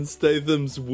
Statham's